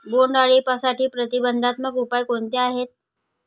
बोंडअळीसाठी प्रतिबंधात्मक उपाय कोणते आहेत?